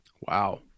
Wow